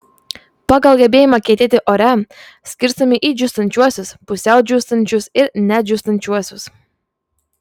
pagal gebėjimą kietėti ore skirstomi į džiūstančiuosius pusiau džiūstančius ir nedžiūstančiuosius